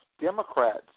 Democrats